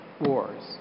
wars